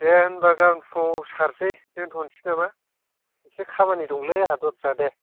दे होनबा गाबोन फुङाव सारनोसै दोनथ'नसै नामा एसे खामानि दंलै आंहा दस्रा दे